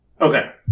Okay